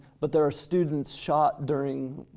but there are students shot during